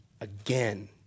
again